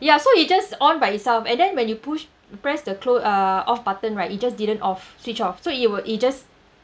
ya so it just on by itself and then when you push press the close uh off button right it just didn't off switch off so it will it just